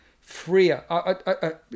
freer